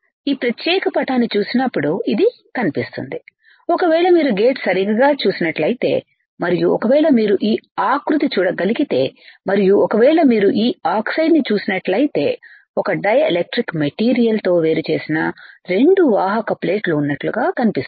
ఈ ప్రత్యేక పటాన్ని చూసినప్పుడు ఇది కనిపిస్తుంది ఒకవేళ మీరు గేట్ సరిగ్గా చూసినట్లయితే మరియు ఒకవేళ మీరు ఈ ఆకృతి చూడగలిగితే మరియు ఒకవేళ మీరు ఈ ఆక్సైడ్ ని చూసినట్లయితే ఒక డైఎలక్ట్రిక్ మెటీరియల్ తో వేరు చేసిన రెండువాహక ప్లేట్లు ఉన్నట్లుగా కనిపిస్తుంది